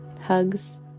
hugs